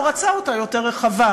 הוא רצה אותה יותר רחבה,